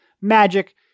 Magic